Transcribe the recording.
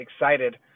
excited